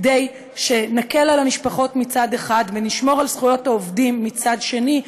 כדי שנקל על המשפחות מצד אחד ונשמור על זכויות העובדים מצד שני,